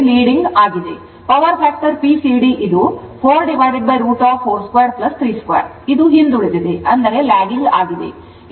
power factor Pcd ಇದು 4√ 42 32 ಇದು ಹಿಂದುಳಿದಿದೆ